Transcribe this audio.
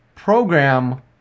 program